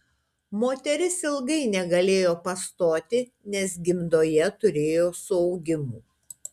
moteris ilgai negalėjo pastoti nes gimdoje turėjo suaugimų